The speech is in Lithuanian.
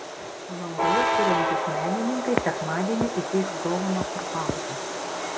palangoje kuriantys menininkai sekmadienį įteiks dovaną kurhauzui